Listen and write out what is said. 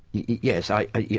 yes, i,